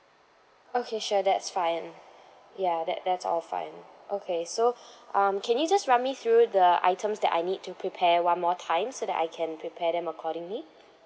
okay sure that's fine ya that that's all fine okay so um can you just run me through the items that I need to prepare one more time so that I can prepare them accordingly